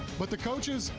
but the coaches,